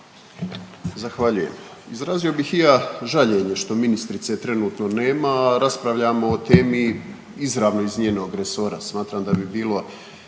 Zahvaljujem. Izrazio bih i ja žaljenje što ministrice trenutno nema, a raspravljamo o temi izravno iz njenog resora. Smatram da bi bilo